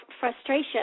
frustration